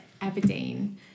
Aberdeen